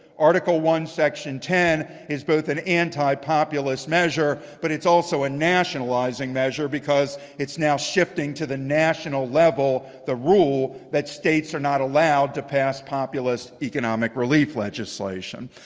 article i, section ten is both an antipopulist measure, but it's also a nationalizing measure, because it's now shifting to the national level, the rule that states are not allowed to pass populist economic relief legislation.